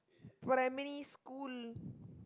primary school